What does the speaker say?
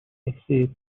exit